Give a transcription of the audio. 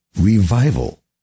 Revival